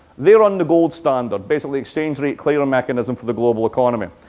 they're on the gold standard. basically, exchange rate clever mechanism for the global economy.